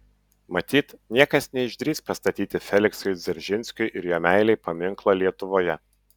matyt niekas neišdrįs pastatyti feliksui dzeržinskiui ir jo meilei paminklo lietuvoje